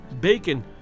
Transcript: bacon